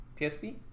PSP